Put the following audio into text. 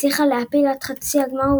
הצליחה להעפיל עד חצי הגמר,